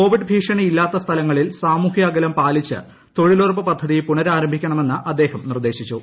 Covid ഭീഷ്ണീ ഇല്ലാത്ത സ്ഥലങ്ങളിൽ സാമൂഹ്യ അകലം പാലിച്ച് തൊഴിലുറപ്പ് പദ്ധതി പുനരാരംഭിക്കണമെന്ന് അദ്ദേഹം നിർദേശിച്ചു